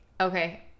Okay